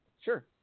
Sure